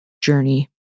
journey